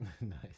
nice